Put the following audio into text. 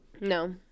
No